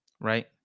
right